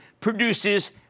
produces